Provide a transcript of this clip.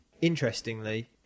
interestingly